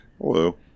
Hello